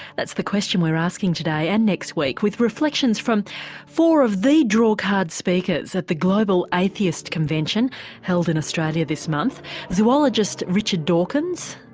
that's the question we're asking today and next week with reflections from four of the drawcard speakers at the global atheist convention held in australia this month zoologist richard dawkins,